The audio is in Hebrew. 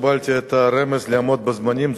קיבלתי את הרמז לעמוד בזמנים,